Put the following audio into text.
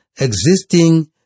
existing